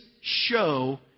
show